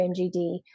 mgd